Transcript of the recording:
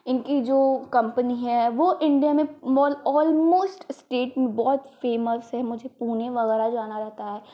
इनकी जो कम्पनी है वो इंडिया में मौल अलमोस्ट स्टेट में बहुत फेमस है मुझे पुणे वगैरह जाना रहता है